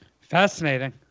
Fascinating